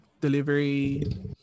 delivery